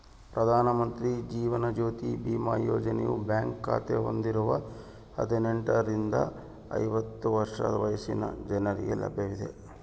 ಪ್ರಧಾನ ಮಂತ್ರಿ ಜೀವನ ಜ್ಯೋತಿ ಬಿಮಾ ಯೋಜನೆಯು ಬ್ಯಾಂಕ್ ಖಾತೆ ಹೊಂದಿರುವ ಹದಿನೆಂಟುರಿಂದ ಐವತ್ತು ವರ್ಷ ವಯಸ್ಸಿನ ಜನರಿಗೆ ಲಭ್ಯವಿದೆ